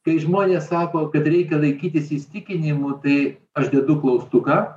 kai žmonės sako kad reikia laikytis įsitikinimų tai aš dedu klaustuką